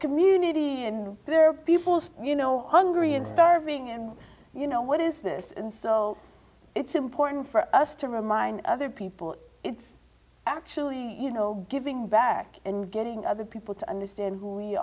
community and their people you know hungry and starving and you know what is this and so it's important for us to remind other people it's actually you know giving back and getting other people to understand who we